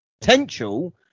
Potential